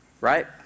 right